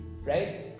right